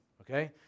okay